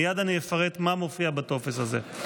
מייד אני אפרט מה מופיע בטופס הזה.